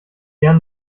gern